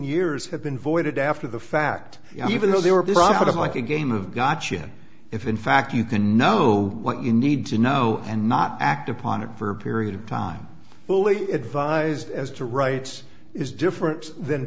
years have been voided after the fact even though they were profitable like a game of gotcha if in fact you can know what you need to know and not act upon it for a period of time fully advised as to rights is different than